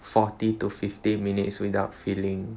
forty to fifty minutes without feeling